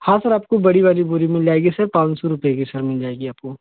हाँ सर आपको बड़ी वाली बोरी मिल जाएगी सर पाँच सौ रुपए की सर मिल जाएगी आपको